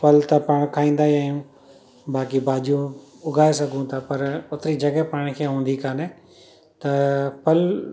फल त पाण खाईंदा ई आहियूं बाक़ी भाॼियूं उॻाए सघूं था पर उते जॻह पाण खे हूंदी काने त फल